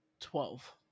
twelve